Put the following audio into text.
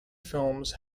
films